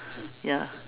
ya